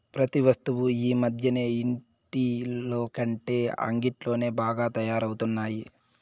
ప్రతి వస్తువు ఈ మధ్యన ఇంటిలోకంటే అంగిట్లోనే బాగా తయారవుతున్నాయి